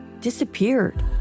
disappeared